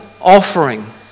offering